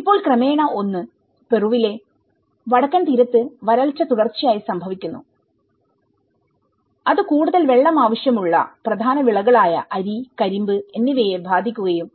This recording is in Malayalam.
ഇപ്പോൾ ക്രമേണ ഒന്ന് പെറുവിലെ വടക്കൻ തീരത്ത് വരൾച്ച തുടർച്ചയായി സംഭവിക്കുന്നു അത് കൂടുതൽ വെള്ളം ആവശ്യമുള്ള പ്രധാന വിളകളായ അരി കരിമ്പ് എന്നിവയെ ബാധിക്കുകയും